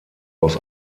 aus